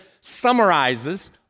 summarizes